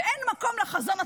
אין מקום לחזון הציוני,